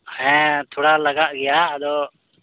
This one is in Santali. ᱦᱮᱸ ᱛᱷᱚᱲᱟ ᱞᱟᱜᱟᱜ ᱜᱮᱭᱟ ᱟᱫᱚ